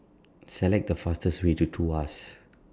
Select The fastest Way to Tuas